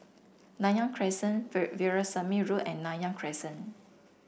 Nanyang Crescent Veerasamy Road and Nanyang Crescent